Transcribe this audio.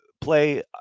play